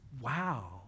wow